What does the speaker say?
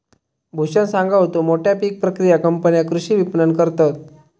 भूषण सांगा होतो, मोठ्या पीक प्रक्रिया कंपन्या कृषी विपणन करतत